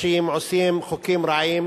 קשים עושים חוקים רעים,